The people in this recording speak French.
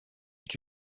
est